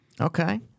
Okay